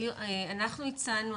אנחנו הצענו,